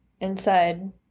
inside